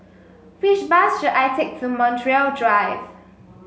which bus should I take to Montreal Drive